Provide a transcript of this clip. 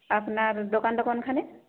আপনার দোকানটা কোনখানে